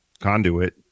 conduit